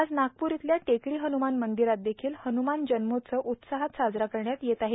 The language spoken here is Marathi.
आज नागपूरस्थित टेकडी हनुमान मंदिरात देखिल हनुमान जन्मोत्सव उत्साहात साजरा करण्यात येत आहे